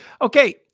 Okay